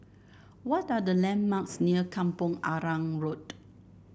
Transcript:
what are the landmarks near Kampong Arang Road